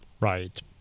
Right